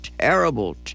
terrible